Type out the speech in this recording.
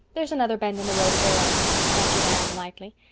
there's another bend in the road at their end, answered anne lightly.